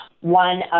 One